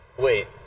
Wait